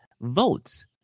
votes